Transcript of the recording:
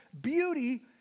beauty